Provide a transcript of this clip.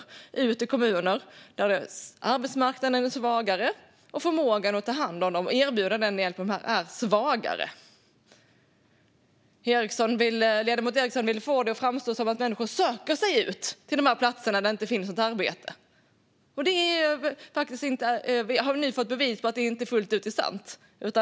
De tvingas till kommuner där arbetsmarknaden är svagare och där förmågan att ta hand om dem och erbjuda dem hjälp är svagare. Ledamot Ericson vill få det att framstå som att människor söker sig till dessa platser där det inte finns något arbete. Nu har vi fått bevis på att det inte fullt ut är sant.